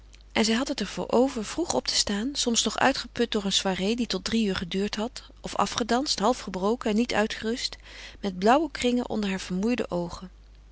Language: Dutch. en zij had het er voor over vroeg op te staan soms nog uitgeput door een soirée die tot drie uur geduurd had of afgedanst half gebroken en niet uitgerust met blauwe kringen onder haar vermoeide oogen